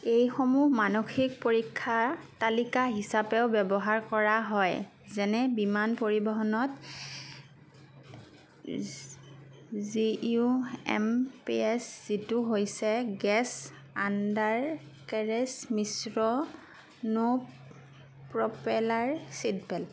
এইসমূহ মানসিক পৰীক্ষা তালিকা হিচাপেও ব্যৱহাৰ কৰা হয় যেনে বিমান পৰিবহণত G U M P S যিটো হৈছে গেছ আণ্ডাৰকেৰেজ মিশ্ৰণ প্ৰপেলাৰ চিটবেল্ট